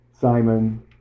Simon